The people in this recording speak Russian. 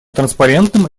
транспарентным